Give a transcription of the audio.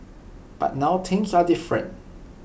but now things are different